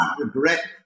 regret